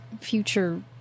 future